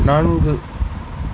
நான்கு